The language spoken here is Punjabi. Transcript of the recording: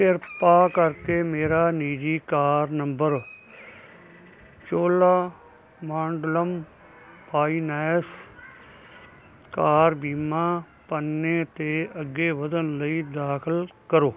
ਕਿਰਪਾ ਕਰਕੇ ਮੇਰਾ ਨਿੱਜੀ car number Cholamandalam finance car ਬੀਮਾ ਪੰਨੇ 'ਤੇ ਅੱਗੇ ਵਧਣ ਲਈ ਦਾਖਲ ਕਰੋ